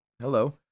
hello